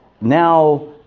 now